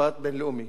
משפט בין-לאומי